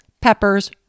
peppers